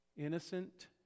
Innocent